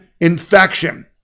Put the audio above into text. infection